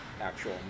actual